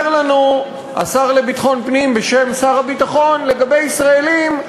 אומר לנו השר לביטחון פנים בשם שר הביטחון: לגבי ישראלים,